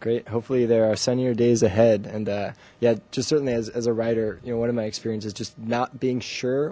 great hopefully there are seor days ahead and yeah just certainly as a writer you know one of my experience is just not being sure